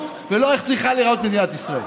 ולא על איך צריכה להיראות מדינת ישראל.